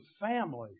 family